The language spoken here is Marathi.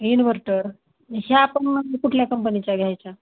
इनवर्टर ह्या पण मग कुठल्या कंपनीच्या घ्यायच्या